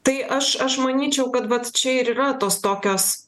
tai aš aš manyčiau kad vat čia ir yra tos tokios